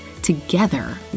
Together